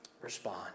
Respond